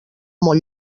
molt